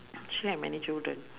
she had many children